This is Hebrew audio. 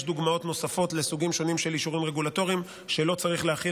יש דוגמאות נוספות לסוגים שונים של אישורים רגולטוריים שלא צריך להחיל